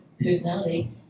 personality